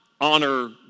Honor